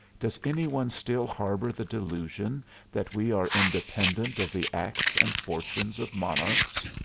does any one still harbor the delusion that we are independent of the acts and fortunes of monarchs?